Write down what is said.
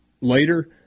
later